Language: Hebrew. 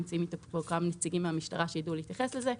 ונמצאים פה כמה נציגים של המשטרה שידעו להתייחס לזה.